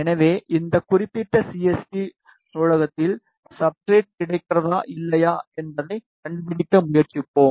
எனவே இந்த குறிப்பிட்ட சிஎஸ்டி நூலகத்தில் சப்ஸ்ட்ரட் கிடைக்கிறதா இல்லையா என்பதைக் கண்டுபிடிக்க முயற்சிப்போம்